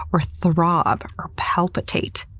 or throb, or palpitate.